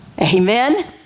Amen